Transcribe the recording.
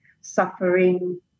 suffering